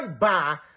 bye